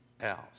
else